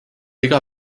iga